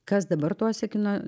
kas dabar tuose kino